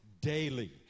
daily